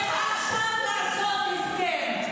לא מתביישת לשקר פה.